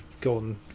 gone